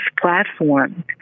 platform